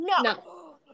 No